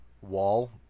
wall